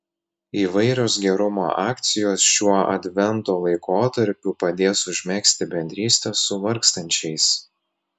įvairios gerumo akcijos šiuo advento laikotarpiu padės užmegzti bendrystę su vargstančiais